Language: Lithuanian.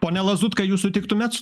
pone lazutka jūs sutiktumėt su